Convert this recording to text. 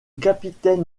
capitaine